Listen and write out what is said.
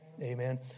Amen